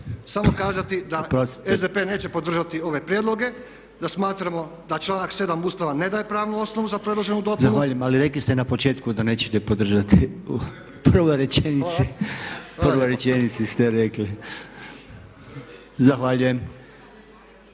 samo kazati da SDP neće podržati ove prijedloge, da smatramo da članak 7. Ustava ne daje pravnu osnovu za predloženu dopunu. **Podolnjak, Robert (MOST)** Zahvaljujem. Ali rekli ste na početku da nećete podržati, u prvoj rečenici ste rekli. Zahvaljujem.